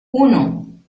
uno